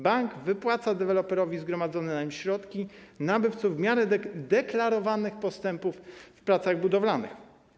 Bank wypłaca deweloperowi zgromadzone na rachunku środki nabywców w miarę deklarowanych postępów w pracach budowlanych.